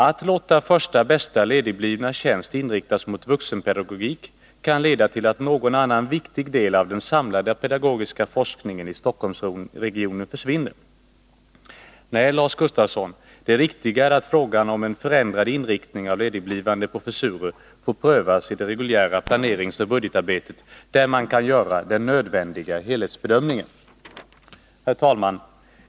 Att låta första bästa ledigblivna tjänst inriktas mot vuxenpedagogik kan leda till att någon annan viktig del av den samlade pedagogiska forskningen i Stockholmsregionen försvinner. Nej, Lars Gustafsson, det riktiga är att frågan om förändrad inriktning av ledigblivande professurer får prövas i det reguljära planeringsoch budgetarbetet, där man kan göra den nödvändiga helhetsbedömningen. Herr talman!